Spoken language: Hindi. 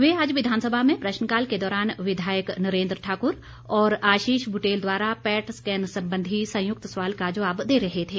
वे आज विधानसभा में प्रश्नकाल के दौरान विधायक नरेंद्र ठाकुर और आशीष बुटेल द्वारा पैट स्कैन संबंधी संयुक्त सवाल का जवाब दे रहे थे